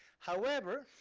however,